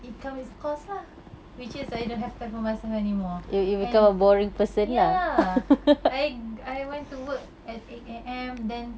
it comes with costs lah which is I don't have time for myself anymore and ya I I went to work at eight A_M then